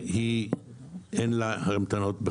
שאין לה בכלל המתנות.